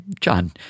John